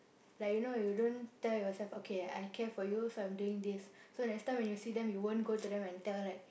like you know you don't tell yourself okay I care for you so I'm doing this so next time when you see them you won't go to them like and tell like